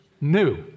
new